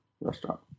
restaurant